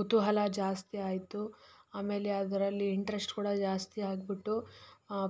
ಕುತೂಹಲ ಜಾಸ್ತಿ ಆಯಿತು ಆಮೇಲೆ ಅದರಲ್ಲಿ ಇಂಟ್ರಸ್ಟ್ ಕೂಡ ಜಾಸ್ತಿ ಆಗ್ಬಿಟ್ಟು